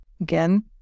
again